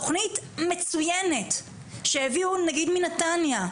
תוכנית מצויינת שהביאו נגיד מנתניה,